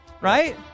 Right